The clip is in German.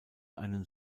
einen